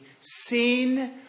seen